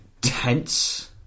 tense